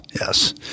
Yes